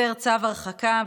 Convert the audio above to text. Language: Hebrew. הפר צו הרחקה,